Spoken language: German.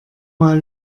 mal